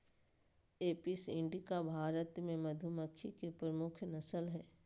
Apis indica Bharat मे मधुमक्खी के प्रमुख नस्ल हय